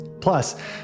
Plus